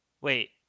wait